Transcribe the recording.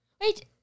Wait